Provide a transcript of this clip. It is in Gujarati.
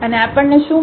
અને આપણને શું મળે છે